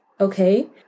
okay